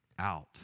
out